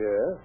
Yes